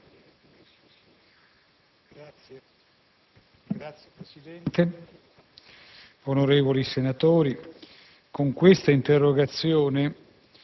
Signor Presidente, onorevoli senatori, con questa interrogazione